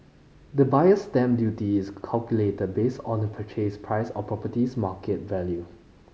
the Buyer's Stamp Duty is calculated based on the purchase price or property's market value